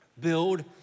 Build